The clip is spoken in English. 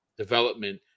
development